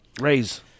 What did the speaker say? raise